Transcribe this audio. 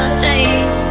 change